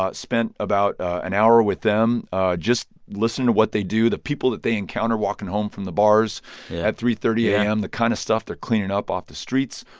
ah spent about an hour with them just listening to what they do, the people that they encounter walking home from the bars at three thirty a m, the kind of stuff they're cleaning up off the streets,